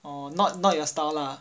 oh not not your style lah